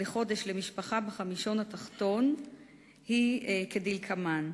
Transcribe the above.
לחודש למשפחה בחמישון התחתון היא כדלקמן: